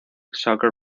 soccer